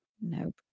Nope